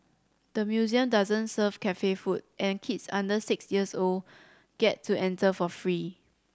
the museum doesn't serve cafe food and kids under six years old get to enter for free